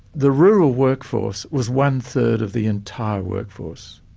the rural workforce was one-third of the entire workforce.